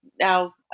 Now